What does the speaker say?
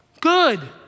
good